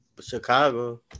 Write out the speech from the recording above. Chicago